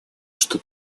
что